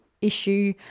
issue